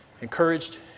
encouraged